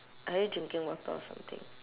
are you drinking water or something